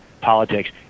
politics